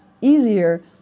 easier